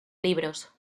libros